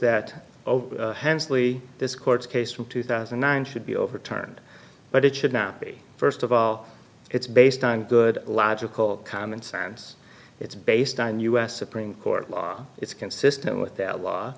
hensley this court case from two thousand and nine should be overturned but it should not be first of all it's based on good logical commonsense it's based on u s supreme court law it's consistent with that law